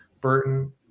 Burton